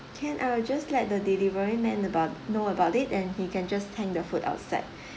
can I will just let the delivery man about know about it and he can just hang the food outside